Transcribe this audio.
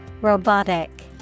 Robotic